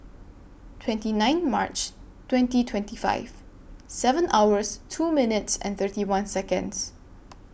twenty nine March twenty twenty five seven hours two minutes and thirty one Seconds